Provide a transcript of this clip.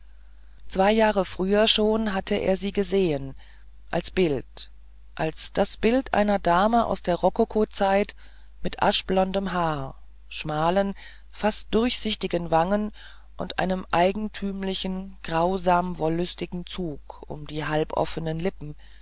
zwei jahre früher schon hatte er sie gesehen als bild als das bildnis einer dame aus der rokokozeit mit aschblondem haar schmalen fast durchsichtigen wangen und einem eigentümlichen grausam wollüstigen zug um die halboffenen lippen